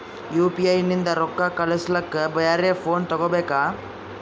UPI ನಿಂದ ರೊಕ್ಕ ಕಳಸ್ಲಕ ಬ್ಯಾರೆ ಫೋನ ತೋಗೊಬೇಕ?